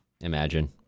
Imagine